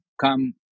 come